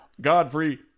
Godfrey